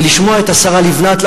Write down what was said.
ולשמוע את השרה לבנת,